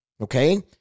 Okay